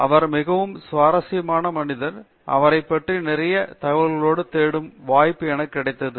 அவர் மிகவும் சுவாரஸ்யமான மனிதன் அவரை பற்றி நிறைய தகவல்களை தேடும் வாய்ப்பு எனக்கு கிடைத்தது